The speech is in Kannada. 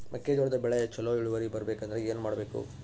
ಮೆಕ್ಕೆಜೋಳದ ಬೆಳೆ ಚೊಲೊ ಇಳುವರಿ ಬರಬೇಕಂದ್ರೆ ಏನು ಮಾಡಬೇಕು?